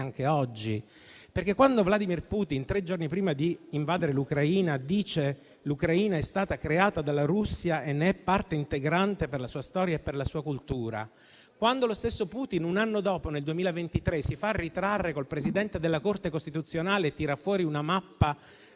oggi. Quando infatti Vladimir Putin tre giorni prima di invadere l'Ucraina dice che essa è stata creata dalla Russia e ne è parte integrante per la sua storia e per la sua cultura, quando lo stesso Putin un anno dopo, nel 2023, si fa ritrarre con il presidente della Corte costituzionale e tira fuori una mappa del